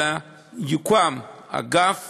אלא יוקם אגף